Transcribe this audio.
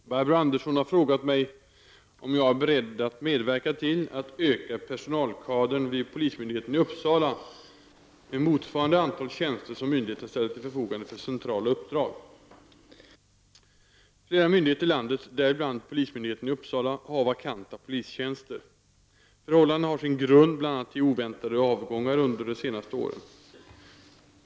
Herr talman! Barbro Andersson har frågat mig om jag är beredd att medverka till att öka personalkadern vid polismyndigheten i Uppsala med motsvarande antal tjänster som myndigheten ställer till förfogande för centrala Flera myndigheter i landet — däribland polismyndigheten i Uppsala — har vakanta polistjänster. Förhållandena har sin grund bl.a. i oväntade avgångar under de senaste åren.